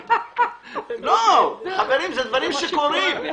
חברים, אלה דברים שקורים.